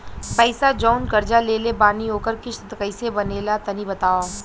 पैसा जऊन कर्जा लेले बानी ओकर किश्त कइसे बनेला तनी बताव?